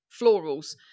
florals